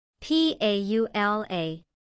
P-A-U-L-A